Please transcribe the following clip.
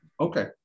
Okay